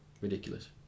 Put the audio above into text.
ridiculous